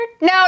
No